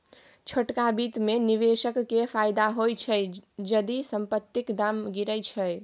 छोटका बित्त मे निबेशक केँ फायदा होइ छै जदि संपतिक दाम गिरय छै